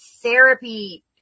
therapy